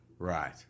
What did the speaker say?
Right